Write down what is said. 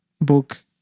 book